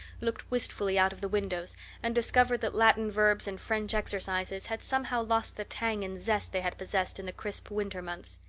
looked wistfully out of the windows and discovered that latin verbs and french exercises had somehow lost the tang and zest they had possessed in the crisp winter months.